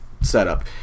setup